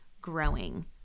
growing